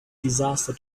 disaster